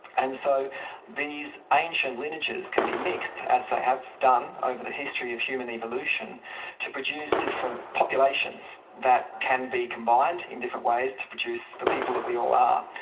and so these ancient lineages can be mixed, as they have done over the history of human evolution to produce different populations that can be combined in different ways to produce the people that we all are.